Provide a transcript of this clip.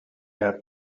had